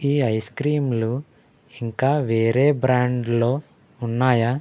ఈ ఐస్ క్రీంలు ఇంకా వేరే బ్రాండ్లో ఉన్నాయా